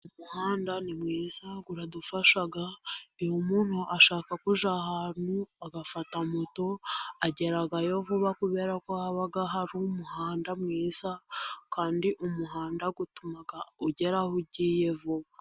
Umuhanda ni mwiza uradufasha, iyo muntu ashaka kujya ahantu agafata moto, agerayo vuba kubera ko haba hari umuhanda mwiza, kandi umuhanda ugera aho ugiye vuba.